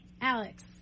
Alex